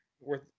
Worth